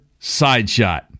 Sideshot